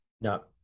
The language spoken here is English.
No